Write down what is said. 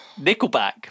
Nickelback